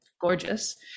gorgeous